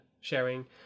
sharing